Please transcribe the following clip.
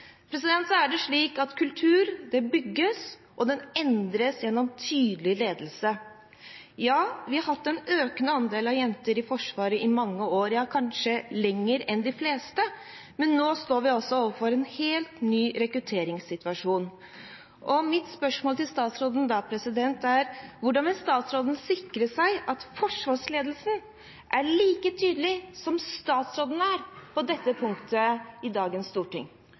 Kultur bygges, og den endres gjennom tydelig ledelse. Ja, vi har hatt en økende andel jenter i Forsvaret i mange år, kanskje lenger enn de fleste. Men nå står vi overfor en helt ny rekrutteringssituasjon. Mitt spørsmål til statsråden er da: Hvordan vil statsråden sikre at forsvarsledelsen er like tydelig som statsråden i dagens storting er på dette punktet? Det er på mange måter historisk, selv om vi har hatt kvinner i